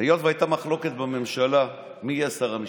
היות שהייתה מחלוקת בממשלה מי יהיה שר המשפטים,